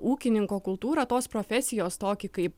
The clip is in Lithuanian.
ūkininko kultūrą tos profesijos tokį kaip